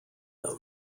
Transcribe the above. them